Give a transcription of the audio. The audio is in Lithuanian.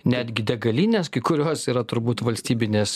netgi degalinės kai kurios yra turbūt valstybinės